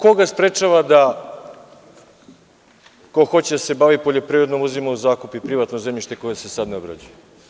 Ko koga sprečava da ko hoće da se bavi poljoprivredom, uzima u zakup i privatno zemljište koje se sad ne obrađuje.